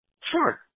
Sure